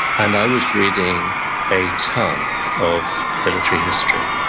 and i was reading a ton of military history.